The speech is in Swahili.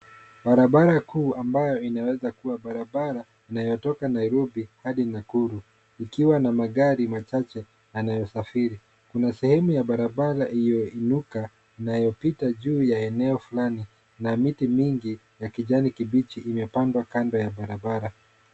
Barabara kuu ambayo inaweza kuwa barabara inayotoka Nairobi hadi Nakuru ikiwa na magari machache yanayo safiri, kuna sehemu ya barabara iliyoinuka inayopita juu ya eneo fulani na miti mingi ya kijani kibichi imepandwa kando ya barabara,